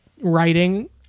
writing